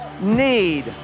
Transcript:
need